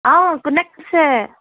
অঁ কোনে কৈছে